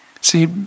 See